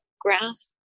grasp